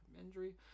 injury